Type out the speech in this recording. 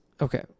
Okay